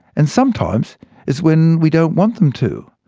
and sometimes it's when we don't want them to.